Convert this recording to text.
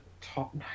top